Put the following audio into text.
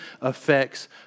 affects